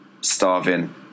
starving